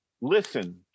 listen